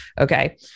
Okay